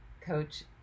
Coach